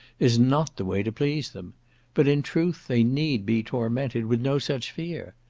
is not the way to please them but in truth they need be tormented with no such fear.